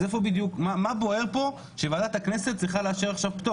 אז מה בוער פה שוועדת הכנסת צריכה לאשר עכשיו פטור?